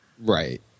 Right